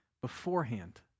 beforehand